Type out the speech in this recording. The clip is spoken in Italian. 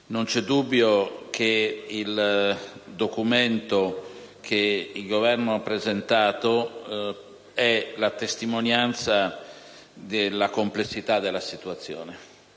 Non c'è dubbio che il documento che il Governo ha presentato è la testimonianza della complessità della situazione.